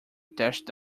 dashed